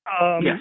yes